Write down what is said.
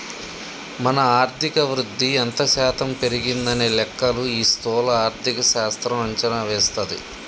మన ఆర్థిక వృద్ధి ఎంత శాతం పెరిగిందనే లెక్కలు ఈ స్థూల ఆర్థిక శాస్త్రం అంచనా వేస్తది